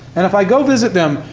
and if i go visit them,